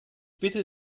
bitte